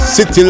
City